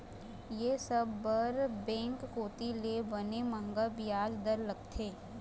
ये सब बर बेंक कोती ले बने मंहगा बियाज दर लगाय जाथे